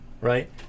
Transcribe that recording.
right